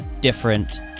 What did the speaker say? different